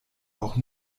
auch